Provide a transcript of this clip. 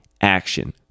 action